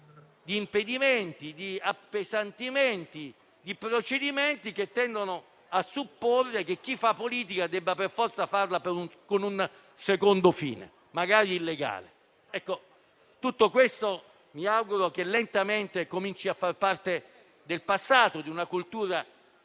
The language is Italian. di impedimenti, appesantimenti e procedimenti che tendono a supporre che chi fa politica debba per forza farla con un secondo fine, magari illegale. Mi auguro che tutto questo lentamente cominci a far parte del passato e di una cultura sbagliata,